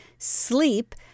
Sleep